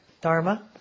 Dharma